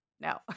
no